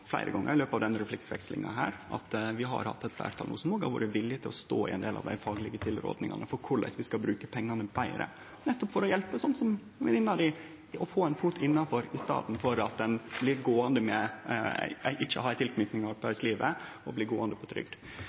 at vi har hatt eit fleirtal som har vore villig til å stå i ein del av dei faglege tilrådingane for korleis vi skal bruke pengane betre, nettopp for å hjelpe slike som venninna til representanten Wilkinson til å få ein fot innanfor, i staden for ikkje å ha ei tilknyting til arbeidslivet og bli gåande på trygd.